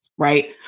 Right